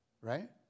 right